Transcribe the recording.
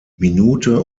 minute